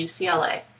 UCLA